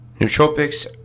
Nootropics